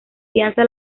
fianza